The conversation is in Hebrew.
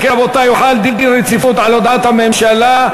אם כן, הוחל דין רציפות על הצעת הממשלה.